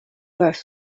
both